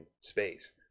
space